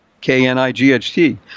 K-N-I-G-H-T